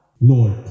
Lord